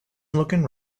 looking